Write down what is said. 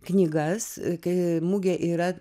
knygas kai mugė yra